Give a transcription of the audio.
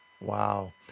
Wow